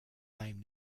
name